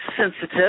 sensitive